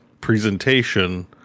presentation